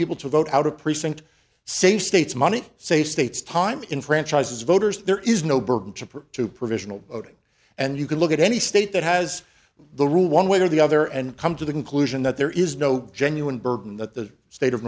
people to vote out of precinct say states money safe states time in franchise's voters there is no burden to prove to provisional voting and you can look at any state that has the rule one way or the other and come to the conclusion that there is no genuine burden that the state of